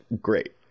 great